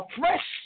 fresh